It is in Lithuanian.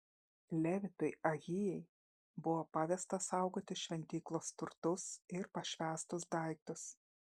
levitui ahijai buvo pavesta saugoti šventyklos turtus ir pašvęstus daiktus